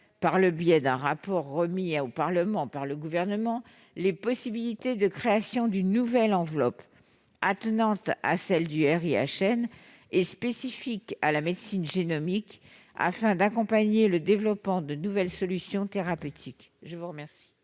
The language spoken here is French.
par le biais d'un rapport remis au Parlement par le Gouvernement, les possibilités de création d'une nouvelle enveloppe, attenante à celle du RIHN, et spécifique à la médecine génomique, afin d'accompagner le développement de nouvelles solutions thérapeutiques. Quel